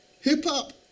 Hip-hop